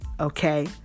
Okay